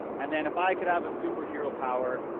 and then if i could have a superhero power,